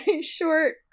short